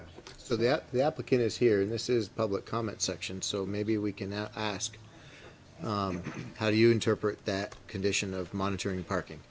so that the applicant is here this is public comment section so maybe we can now ask how do you interpret that condition of monitoring parking